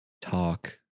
talk